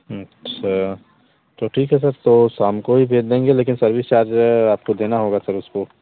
अच्छा तो ठीक है सर तो शाम को ही भेज देंगे लेकिन सर्विस चार्ज आपको देना होगा उसको